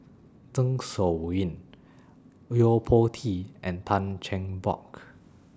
Zeng Shouyin Yo Po Tee and Tan Cheng Bock